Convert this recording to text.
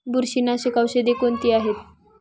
बुरशीनाशक औषधे कोणती आहेत?